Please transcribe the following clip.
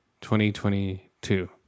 2022